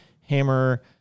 hammer